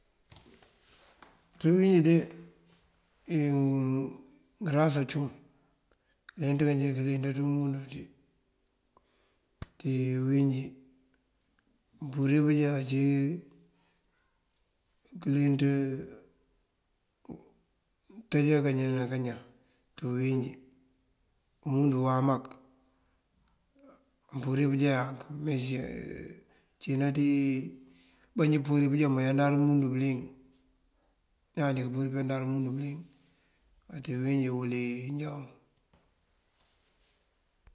ţí uwínjí de ngërása cum. Këleenţ ngí jee ngëleenţ dí umúndu wí ţí, ţí uwínjí mampurir pëjá ací këleenţ ngёntáajá kañan ná kañan ţí uwínjí. Umúndu wáan mak, mëmpurir pëjá ank. Me cína ţí, bá njí puririţ pujá manyandar umúndu bëliyëng, njá dika purir puyandar umúndu bëliyëng. Ţí uwínjí wël wí já wun.